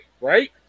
right